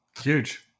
Huge